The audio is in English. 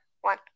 one